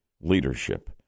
leadership